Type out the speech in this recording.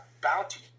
bounty